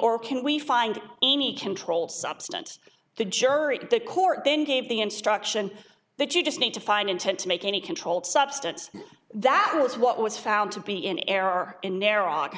or can we find any controlled substance the jury the court then gave the instruction that you just need to find intent to make any controlled substance that is what was found to be in error and narrow